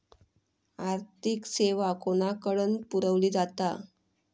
आर्थिक सेवा कोणाकडन पुरविली जाता?